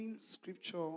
scripture